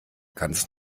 ganz